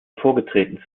hervorgetreten